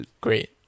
Great